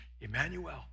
Emmanuel